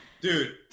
Dude